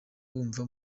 bumva